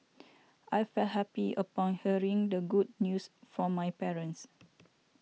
I felt happy upon hearing the good news from my parents